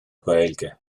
gaeilge